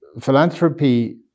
Philanthropy